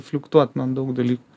fliuktuot nuo daug dalykų